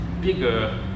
bigger